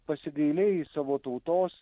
pasigailėjai savo tautos